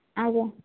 ଆଜ୍ଞା